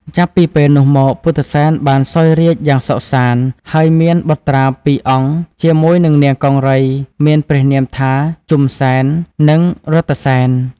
ចាប់ពីពេលនោះមកពុទ្ធិសែនបានសោយរាជ្យយ៉ាងសុខសាន្ត ហើយមានបុត្រាពីរអង្គជាមួយនឹងនាងកង្រីមានព្រះនាមថា ជុំសែន និង រថសែន។